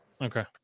okay